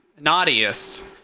naughtiest